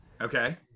Okay